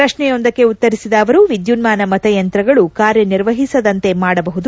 ಪ್ರಶ್ನೆಯೊಂದಕ್ಕೆ ಉತ್ತರಿಸಿದ ಅವರು ವಿದ್ಯುನ್ಮಾನ ಮತಯಂತ್ರಗಳು ಕಾರ್ಯನಿರ್ವಹಿಸದಂತೆ ಮಾಡಬಹುದು